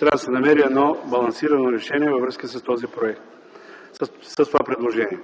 трябва да се намери едно балансирано решение във връзка с това предложение.